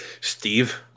Steve